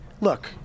look